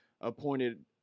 appointed